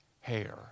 hair